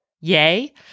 yay